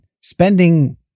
spending